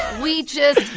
we just.